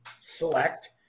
select